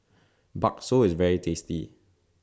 Bakso IS very tasty